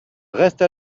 reste